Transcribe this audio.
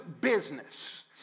business